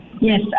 Yes